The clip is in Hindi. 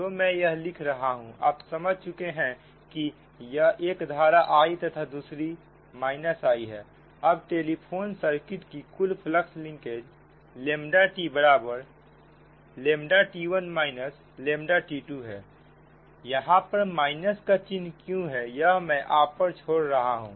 तो मैं यह लिख रहा हूं आप समझ चुके हैं की एक धारा I तथा दूसरी I है अब टेलीफोन सर्किट की कुल फ्लक्स लिंकेज T बराबर T1 T2 है यहां पर का चिन्ह क्यों है यह मैं आप पर छोड़ रहा हूं